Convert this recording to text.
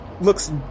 looks